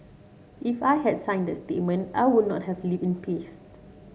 if I had signed that statement I would not have lived in peace